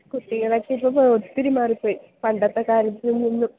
കുട്ടികളൊക്കെ ഇപ്പം ഒത്തിരി മാറിപ്പോയി പണ്ടത്തെക്കാലത്ത് നിന്നും